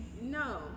No